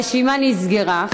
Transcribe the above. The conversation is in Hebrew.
הרשימה נסגרה,